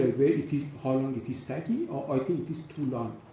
how long it is taking? ah i think it's too long,